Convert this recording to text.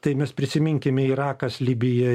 tai mes prisiminkime irakas libija